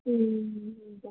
ए हुन्छ